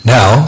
Now